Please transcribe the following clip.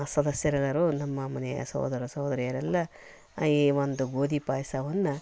ಸದಸ್ಯರೆಲ್ಲರೂ ನಮ್ಮ ಮನೆಯ ಸಹೋದರ ಸಹೋದರಿಯರೆಲ್ಲ ಈ ಒಂದು ಗೋಧಿ ಪಾಯಸವನ್ನು